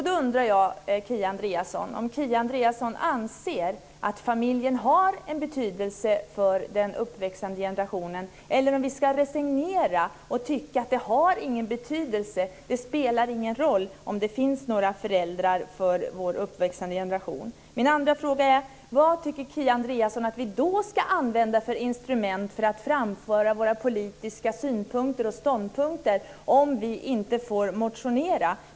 Då undrar jag om Kia Andreasson anser att familjen har en betydelse för den uppväxande generationen eller om vi ska resignera och tycka att den inte har någon betydelse och att det inte spelar någon roll om det finns några föräldrar för vår uppväxande generation. Min andra fråga är vad Kia Andreasson tycker att vi ska använda för instrument för att framföra våra politiska synpunkter och ståndpunkter om vi inte får motionera.